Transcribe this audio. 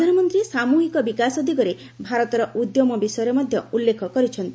ପ୍ରଧାନମନ୍ତ୍ରୀ ସାମୂହିକ ବିକାଶ ଦିଗରେ ଭାରତର ଉଦ୍ୟମ ବିଷୟରେ ମଧ୍ୟ ଉଲ୍ଲେଖ କରିଛନ୍ତି